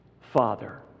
Father